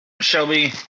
Shelby